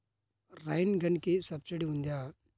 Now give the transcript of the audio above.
Rain గన్కి subsidy ఉందా?